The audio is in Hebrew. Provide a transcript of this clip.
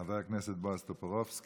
חבר הכנסת בועז טופורובסקי.